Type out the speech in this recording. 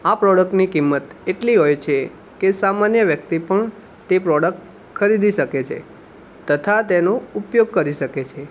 આ પ્રોડક્ટની કિંમત એટલી હોય છે કે સામાન્ય વ્યક્તિ પણ તે પ્રોડક્ટ ખરીદી શકે છે તથા તેનો ઉપયોગ કરી શકે છે